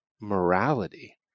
morality